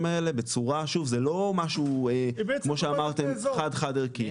האלה בצורה שוב זה לא משהו כמו שאמרתם חד חד ערכי,